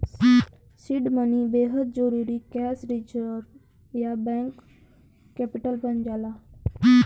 seed money बेहद जरुरी cash reserve या वर्किंग कैपिटल बन जाला